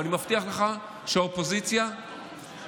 ואני מבטיח לך שהאופוזיציה תתמוך,